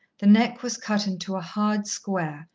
the neck was cut into a hard square,